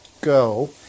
go